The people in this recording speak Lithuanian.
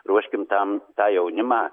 ruoškim tam tą jaunimą